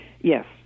Yes